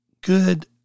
good